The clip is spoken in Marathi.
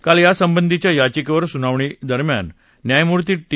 काल यासंबधीच्या याचिकेवर सुनावणी दरम्यान न्यायमूर्ती टी